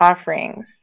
offerings